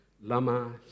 lama